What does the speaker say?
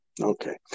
Okay